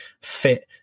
fit